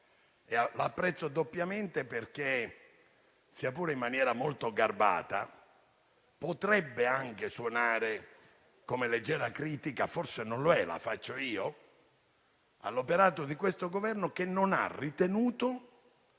La apprezzo doppiamente perché, sia pure in maniera molto garbata, potrebbe anche suonare come leggera critica - forse non lo è, ma la faccio io - all'operato di questo Governo, che prima